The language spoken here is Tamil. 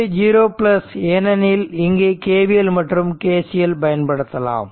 t 0 ஏனெனில் இங்கு KVL மற்றும் KCL பயன்படுத்தலாம்